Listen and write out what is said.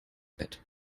bett